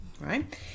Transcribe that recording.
right